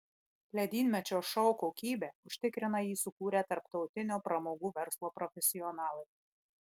ledynmečio šou kokybę užtikrina jį sukūrę tarptautinio pramogų verslo profesionalai